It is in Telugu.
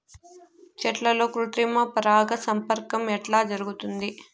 చెట్లల్లో కృత్రిమ పరాగ సంపర్కం ఎట్లా జరుగుతుంది?